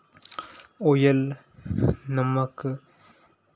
oil नमक